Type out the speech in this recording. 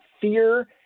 fear